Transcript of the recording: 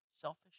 selfish